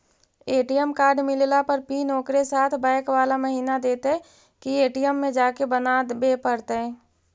ATM card मिलला पर PIN ओकरे साथे बैक बाला महिना देतै कि ए.टी.एम में जाके बना बे पड़तै?